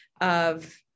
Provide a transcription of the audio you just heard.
of-